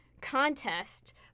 contest